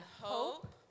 hope